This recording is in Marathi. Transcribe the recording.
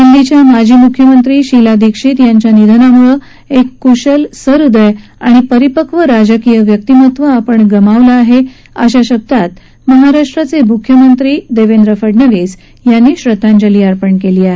दिल्लीच्या माजी मुख्यमंत्री श्रीमती शीला दीक्षित यांच्या निधनानं एक कुशल सहृदय आणि परिपक्व राजकीय व्यक्तिमत्व आपण गमावलं आहे अशा शब्दात महाराष्ट्राचे मुख्यमंत्री देवेंद्र फडणवीस यांनी श्रद्धांजली अर्पण केली आहे